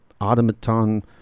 automaton